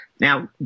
Now